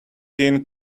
thin